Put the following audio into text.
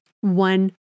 one